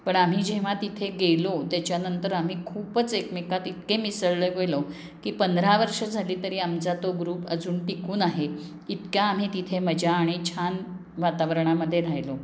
पण आम्ही जेव्हा तिथे गेलो त्याच्यानंतर आम्ही खूपच एकमेकात इतके मिसळले गेलो की पंधरा वर्ष झाली तरी आमचा तो ग्रुप अजून टिकून आहे इतक्या आम्ही तिथे मजा आणि छान वातावरणामध्ये राहिलो